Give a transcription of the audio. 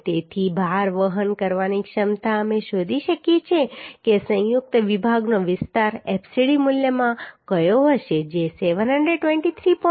તેથી ભાર વહન કરવાની ક્ષમતા અમે શોધી શકીએ છીએ કે સંયુક્ત વિભાગનો વિસ્તાર fcd મૂલ્યમાં કયો હશે જે 723